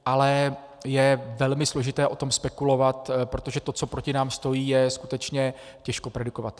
Ale je velmi složité o tom spekulovat, protože to, co proti nám stojí, je skutečně těžko predikovatelné.